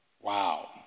Wow